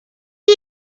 are